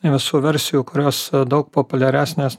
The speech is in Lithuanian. visų versijų kurios daug populiaresnės